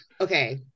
Okay